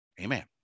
Amen